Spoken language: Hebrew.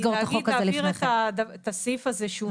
להגיד להעביר את הסעיף הזה כשהוא